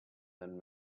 than